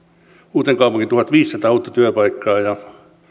uuteenkaupunkiin tuhatviisisataa uutta työpaikkaa ja